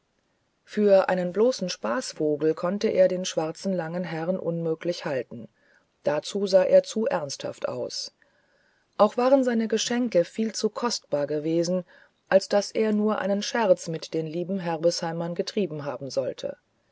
für einen bloßen spaßvogel konnte er den schwarzen langen herrn unmöglich halten dazu sah er zu ernsthaft aus auch waren seine geschenke viel zu kostbar gewesen als daß er nur einen scherz mit den lieben herbesheimern getrieben haben sollte